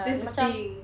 that's the thing